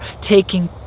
taking